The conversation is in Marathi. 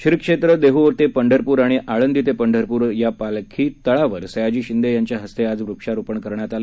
श्रीक्षेत्र देहू ते पंढरपूर आणि आळंदी ते पंढरपूर या पालखी तळावर सयाजी शिंदे यांच्या हस्ते आज वृक्षारोपण करण्यात आलं